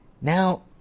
Now